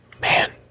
Man